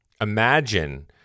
Imagine